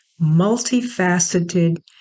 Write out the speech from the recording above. multifaceted